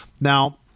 Now